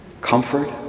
comfort